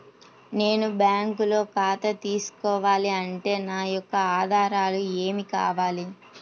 నేను బ్యాంకులో ఖాతా తీసుకోవాలి అంటే నా యొక్క ఆధారాలు ఏమి కావాలి?